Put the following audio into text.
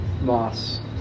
moss